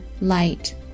light